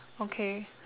okay